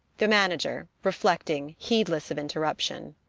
the manager reflecting, heedless of interruption.